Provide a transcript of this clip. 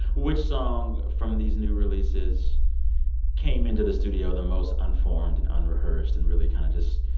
which song from these new releases came into the studio the most unformed and unrehearsed and really kind of just